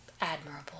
admirable